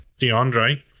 DeAndre